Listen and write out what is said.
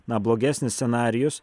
na blogesnis scenarijus